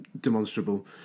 demonstrable